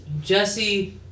Jesse